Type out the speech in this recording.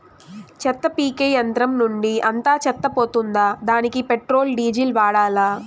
చెత్త పీకే యంత్రం నుండి అంతా చెత్త పోతుందా? దానికీ పెట్రోల్, డీజిల్ వాడాలా?